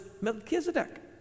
Melchizedek